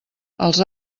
els